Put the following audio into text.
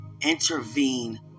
intervene